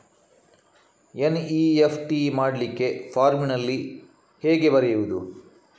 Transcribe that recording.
NEFT ಮಾಡ್ಲಿಕ್ಕೆ ಫಾರ್ಮಿನಲ್ಲಿ ಹೇಗೆ ಬರೆಯುವುದು?